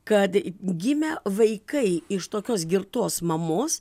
kad gimę vaikai iš tokios girtos mamos